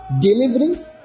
delivery